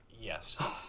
Yes